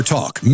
Talk